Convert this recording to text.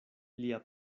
lia